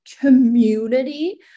community